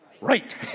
right